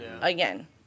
Again